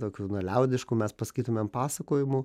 tokių na liaudiškų mes pasakytumėm pasakojimų